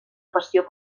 passió